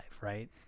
right